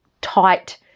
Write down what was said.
tight